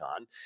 on